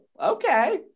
Okay